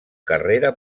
carrera